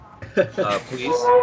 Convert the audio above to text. please